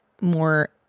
more